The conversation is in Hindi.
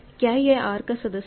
क्या यह R का सदस्य है